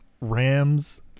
Rams